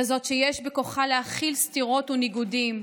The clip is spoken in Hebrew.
כזאת שיש בכוחה להכיל סתירות וניגודים,